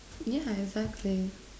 yeah exactly